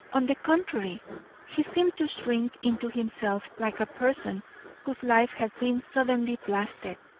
on the contrary he seemed to shrink into himself like a person whose life has been suddenly blasted,